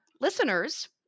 listeners